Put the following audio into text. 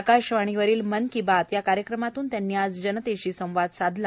आकाशवाणीवरील मन की बात े कार्यक्रमातून त्यांनी आज जनतेशी संवाद साधला